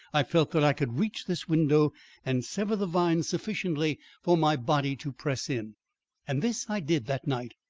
i felt that i could reach this window and sever the vines sufficiently for my body to press in and this i did that night,